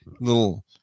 little